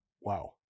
wow